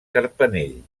carpanell